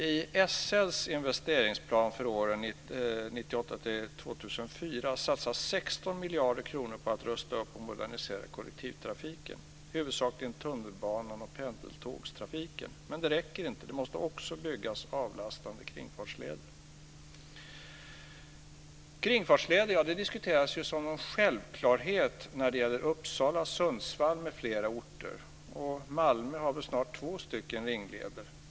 I SL:s investeringsplan för åren 1998-2004 satsas 16 miljarder kronor på att rusta upp och modernisera kollektivtrafiken. Det gäller huvudsakligen tunnelbanan och pendeltågstrafiken. Men det räcker inte. Det måste också byggas avlastande kringfartsleder. Kringfartsleder diskuteras som något självklart när det gäller Uppsala, Sundsvall m.fl. orter, och Malmö har väl snart två ringleder.